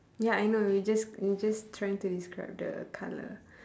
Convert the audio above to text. ya I know we just we just trying to describe the colour